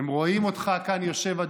הם רואים אותך יושב כאן,